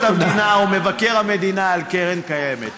המדינה ומבקר המדינה על קרן קיימת.